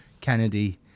Kennedy